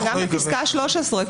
בפסקה 13,